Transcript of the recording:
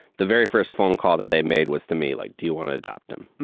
the very first phone call that they made was to me like, do you want to adopt him? and